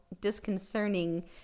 disconcerting